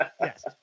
Yes